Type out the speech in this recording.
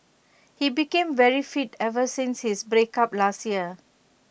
he became very fit ever since his breakup last year